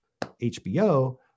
hbo